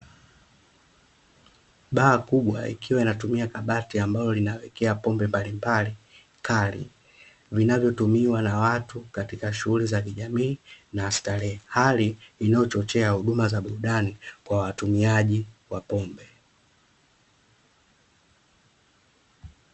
Baa kubwa ikiwa inatumia kabati ambalo linawekea pombe mbalimbali kali, vinavyotumiwa na watu katika shughuli za kijamii na starehe, hali inayochochea huduma za burudani kwa watumiaji wa pombe.